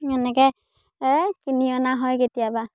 এনেকৈ কিনি অনা হয় কেতিয়াবা